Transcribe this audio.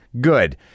Good